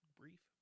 brief